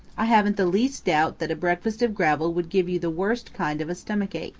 i haven't the least doubt that a breakfast of gravel would give you the worst kind of a stomach-ache.